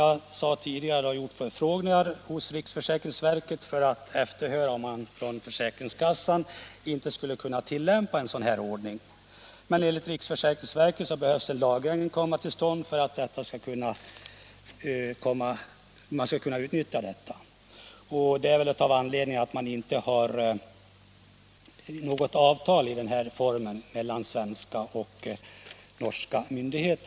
Jag sade tidigare att förfrågningar gjorts hos försäkringsverket om försäkringskassan inte skulle kunna tillämpa en sådan ordning. Enligt riksförsäkringsverket skulle det emellertid härför behövas en lagändring. Anledningen är väl att det inte finns något avtal härom mellan svenska och norska myndigheter.